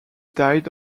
died